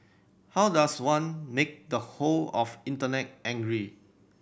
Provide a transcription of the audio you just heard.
how does one make the whole of Internet angry